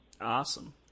awesome